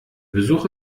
besuch